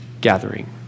gathering